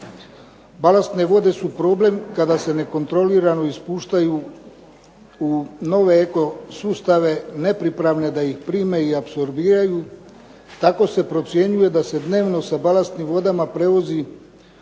Balastne vode su problem kada se nekontrolirano ispuštaju u nove eko sustave nepripravne da ih prime i apsorbiraju. Tako se procjenjuje da se dnevno sa balastnim vodama prevozi